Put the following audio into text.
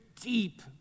deep